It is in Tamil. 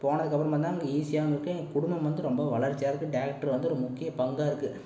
போனதுக்கப்புறமா தான் அங்கே ஈஸியாகவும் இருக்குது என் குடும்பம் வந்து ரொம்ப வளர்ச்சியாகுறதுக்கு டிராக்டர் வந்து ஒரு முக்கிய பங்காருக்குது